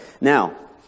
now